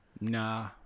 Nah